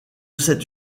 cette